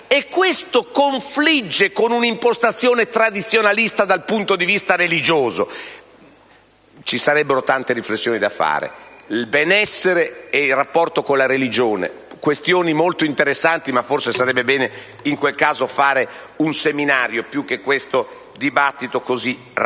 e questo confligge con un'impostazione tradizionalista dal punto di vista religioso. Nel merito ci sarebbero tante riflessioni da fare: il benessere e il rapporto con la religione, questioni molto interessanti (ma forse sarebbe bene in quel caso fare un seminario, più che trattarle in questo dibattito così rapido).